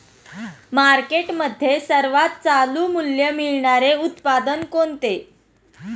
मार्केटमध्ये सर्वात चालू मूल्य मिळणारे उत्पादन कोणते?